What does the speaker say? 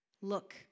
look